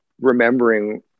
remembering